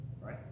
right